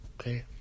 Okay